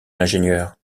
l’ingénieur